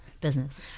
business